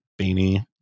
Beanie